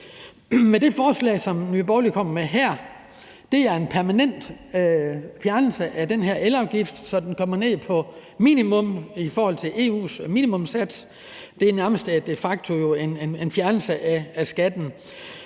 Det forslag, som Nye Borgerlige kommer med her, indebærer en permanent fjernelse af den her elafgift, så den kommer ned på minimum i forhold til EU's minimumssats. Det er nærmest de facto en fjernelse af skatten